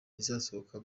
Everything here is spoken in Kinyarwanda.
izasohoka